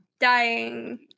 dying